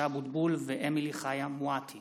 משה אבוטבול ואמילי חיה מואטי